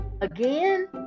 Again